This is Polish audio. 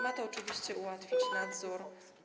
Ma to oczywiście ułatwić nadzór.